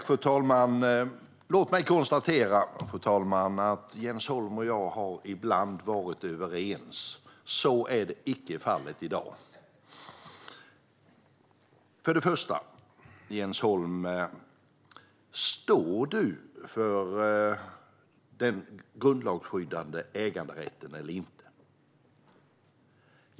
Fru talman! Låt mig konstatera att Jens Holm och jag ibland har varit överens. Så är icke fallet i dag. För det första: Står du, Jens Holm, för den grundlagsskyddade äganderätten eller inte?